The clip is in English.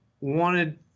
wanted